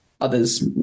others